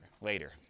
later